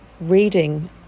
reading